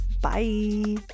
bye